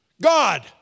God